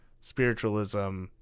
spiritualism